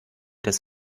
des